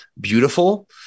beautiful